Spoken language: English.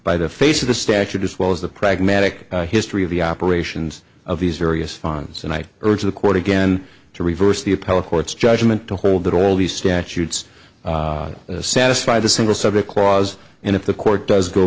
by the face of the statute as well as the pragmatic history of the operations of these various farms and i urge the court again to reverse the appellate court's judgment to hold that all these statutes satisfy the single subject clause and if the court